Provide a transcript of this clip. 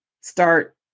start